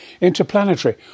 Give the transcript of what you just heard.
Interplanetary